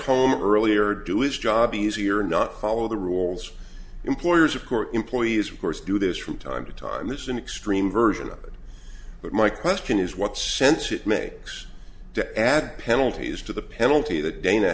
home early or do his job easier not follow the rules employers of course employees of course do this from time to time this is an extreme version of it but my question is what sense it makes to add penalties to the penalty that dana